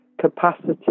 capacity